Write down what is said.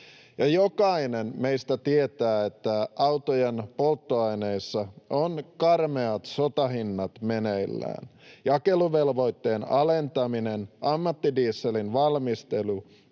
jokainen meistä tietää, että autojen polttoaineissa on karmeat sotahinnat meneillään. Jakeluvelvoitteen alentaminen, ammattidieselin valmistelu,